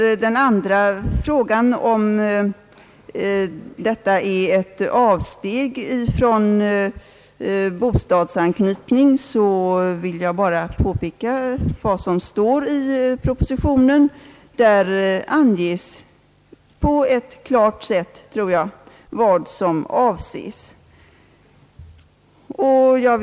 Om detta är ett avsteg från bostadsanknytningen, vill jag bara peka på vad som står i propositionen. Där anges på ett klart sätt vad som avses, tror jag.